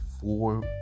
four